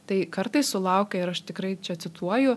tai kartais sulaukia ir aš tikrai čia cituoju